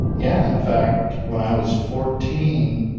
yeah. in fact when i was fourteen,